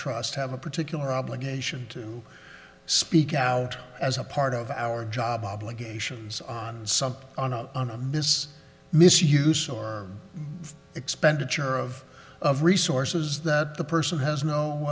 trust have a particular obligation to speak out as a part of our job obligations on something on a on this misuse or expenditure of resources that the person has no